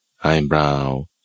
eyebrow